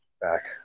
back